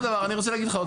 לבדוק.